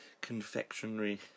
confectionery